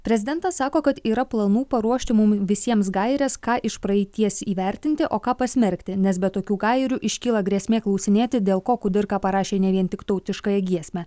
prezidentas sako kad yra planų paruošti mum visiems gaires ką iš praeities įvertinti o ką pasmerkti nes be tokių gairių iškyla grėsmė klausinėti dėl ko kudirka parašė ne vien tik tautiškąją giesmę